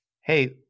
hey